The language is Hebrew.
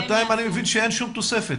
כי בינתיים אני מבין שאין כל תוספת.